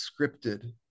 scripted